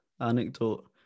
anecdote